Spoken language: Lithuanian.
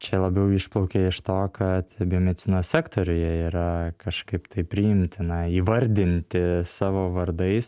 čia labiau išplaukia iš to kad biomedicinos sektoriuje yra kažkaip tai priimtina įvardinti savo vardais